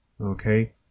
Okay